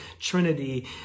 Trinity